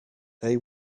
they